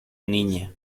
niña